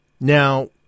Now